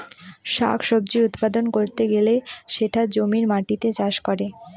শাক সবজি উৎপাদন করতে গেলে সেটা জমির মাটিতে চাষ করে